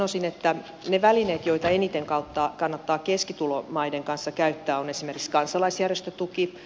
sanoisin että niitä välineitä joita eniten kannattaa keskitulomaiden kanssa käyttää on esimerkiksi kansalaisjärjestötuki